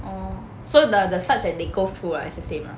orh so the the slides that they go through ah it's the same ah